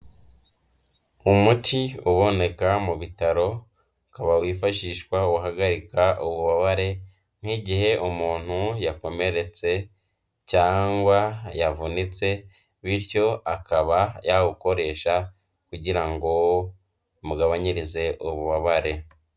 Umuti uboneka mu bitaro, ukaba wifashishwa uhagarika ububabare, nk'igihe umuntu yakomeretse cyangwa yavunitse, bityo akaba yawukoresha kugira ngo umugabanyirize ububabare.